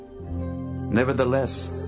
Nevertheless